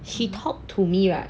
he talk to me right